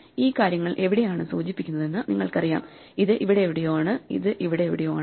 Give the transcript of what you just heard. ഈ കാര്യങ്ങൾ എവിടെയാണ് സൂചിപ്പിക്കുന്നതെന്ന് നിങ്ങൾക്കറിയാം ഇത് ഇവിടെ എവിടെയോ ആണ് ഇത് ഇവിടെ എവിടെയോ ആണ്